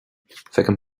feicim